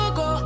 go